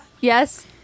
Yes